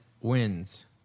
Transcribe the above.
wins